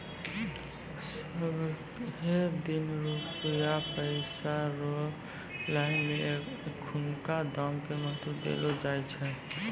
सबहे दिन रुपया पैसा रो लाइन मे एखनुका दाम के महत्व देलो जाय छै